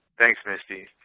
thanks, misty.